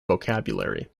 vocabulary